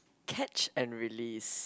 catch and release